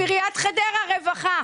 עיריית חדרה, רווחה.